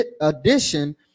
addition